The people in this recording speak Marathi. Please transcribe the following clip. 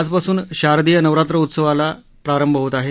आजपासून शारदीय नवरात्र उत्सवाला प्रारंभ होत आहे